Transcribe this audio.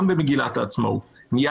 גם במגילת העצמאות.